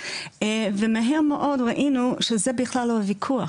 ומהר מאוד ראינו שזה בכלל לא הוויכוח,